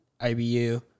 IBU